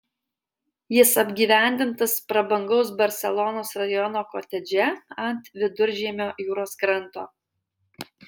jis apgyvendintas prabangaus barselonos rajono kotedže ant viduržiemio jūros kranto